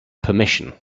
permission